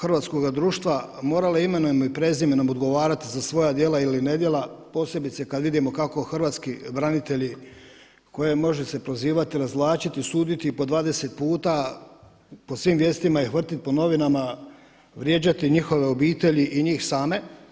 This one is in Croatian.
hrvatskoga društva morale imenom i prezimenom odgovarati za svoja djela ili nedjela posebice kad vidimo kako hrvatski branitelji koje može se prozivati, razvlačiti, suditi po 20 puta po svim vijestima ih vrtit po novinama, vrijeđati njihove obitelji i njih same.